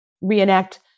reenact